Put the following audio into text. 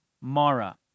Mara